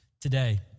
today